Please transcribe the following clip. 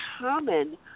common